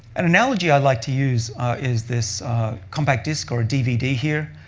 an analogy i like to use is this compact disc or a dvd here.